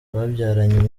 babyaranye